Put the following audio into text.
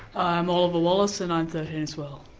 i'm oliver wallace and i'm thirteen, as well.